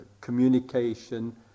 communication